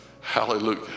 Hallelujah